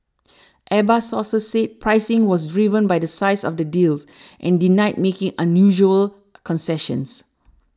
airbus sources said pricing was driven by the size of the deals and denied making unusual concessions